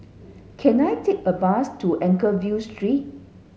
can I take a bus to Anchorvale Street